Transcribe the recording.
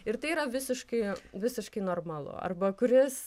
ir tai yra visiškai visiškai normalu arba kuris